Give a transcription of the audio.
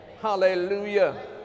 Hallelujah